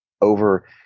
over